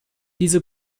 diese